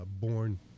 born